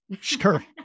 Sure